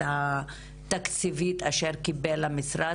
מהתוספת התקציבית אשר קיבל המשרד,